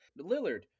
Lillard